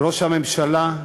ראש הממשלה,